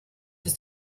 ist